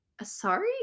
sorry